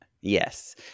Yes